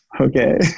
Okay